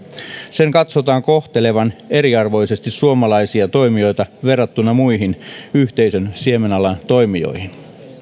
sen katsotaan kohtelevan eriarvoisesti suomalaisia toimijoita verrattuna muihin yhteisön siemenalan toimijoihin